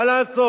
מה לעשות?